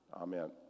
Amen